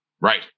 Right